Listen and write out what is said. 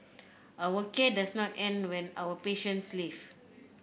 our care does not end when our patients leave